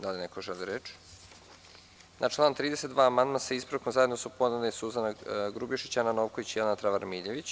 Da li neko želi reč? (Ne) Na član 32. amandman sa ispravkom zajedno su podneli narodni poslanici Suzana Grubješić, Ana Novković i Jelena Travar Miljević.